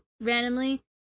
randomly